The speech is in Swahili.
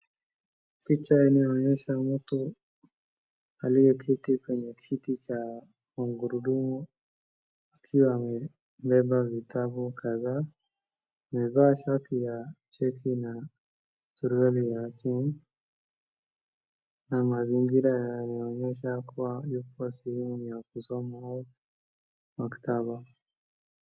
Picha inayoonyesha mtu aliyeketi kwenye kiti cha magurudumu akiwa amebeba vitabu kadhaa. Amevaa shati ya cheki na suruali ya jeans , na mazingira yaonyesha kuwa yuko sehemu ya kusoma au maktaba.